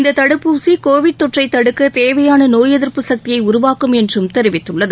இந்த தடுப்பூசி கோவிட் தொற்றைத் தடுக்க தேவையான நோய் எதிர்ப்பு சக்தியை உருவாக்கும் என்றும் தெரிவித்துள்ளது